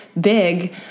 big